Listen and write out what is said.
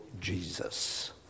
Jesus